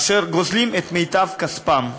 אשר גוזלים את מיטב כספם.